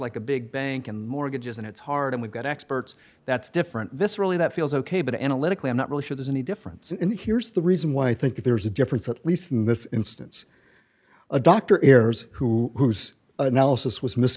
like a big bank and mortgages and it's hard and we've got experts that's different viscerally that feels ok but analytically i'm not really sure there's any difference and here's the reason why i think there's a difference at least in this instance a doctor errors who analysis was mis